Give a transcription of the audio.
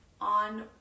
on